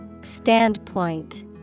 Standpoint